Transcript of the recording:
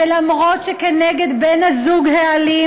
ואף שכנגד בן-הזוג האלים,